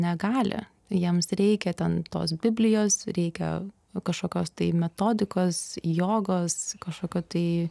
negali jiems reikia ten tos biblijos reikia kažkokios tai metodikos jogos kažkokio tai